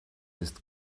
ist